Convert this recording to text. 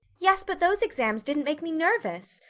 yes, but those exams didn't make me nervous.